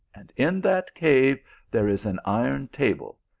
and in that cave there is an iron table,